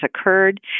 occurred